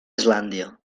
islàndia